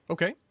Okay